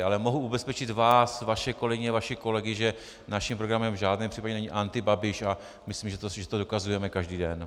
Ale mohu ubezpečit vás, vaše kolegyně, vaše kolegy, že naším programem v žádném případě není antibabiš, a myslím, že to dokazujeme každý den.